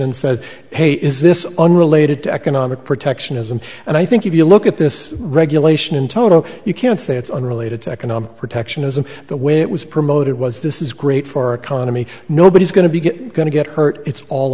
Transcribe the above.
and says hey is this unrelated to economic protectionism and i think if you look at this regulation in toto you can't say it's unrelated to economic protectionism the way it was promoted was this is great for our economy nobody's going to be good going to get hurt it's all